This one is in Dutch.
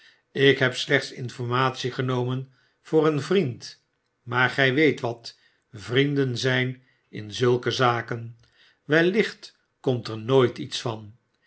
ik heb slechts informatie genomen voor een vriend maar gij weet wat vrienden zyn in zulke zaken wellicht komt er nooit iets van